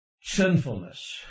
sinfulness